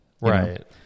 Right